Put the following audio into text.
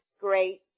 great